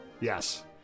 Yes